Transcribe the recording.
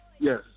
Yes